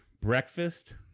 breakfast